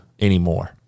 anymore